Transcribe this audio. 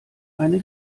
eine